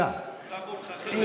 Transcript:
אתה ישבת בחדר